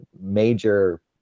major